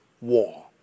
war